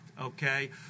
okay